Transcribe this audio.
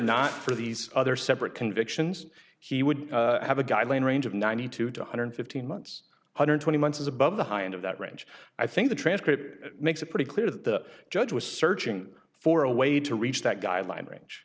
not for these other separate convictions he would have a guideline range of ninety two to one hundred fifteen months one hundred twenty months is above the high end of that range i think the transcript makes it pretty clear that the judge was searching for a way to reach that guideline ran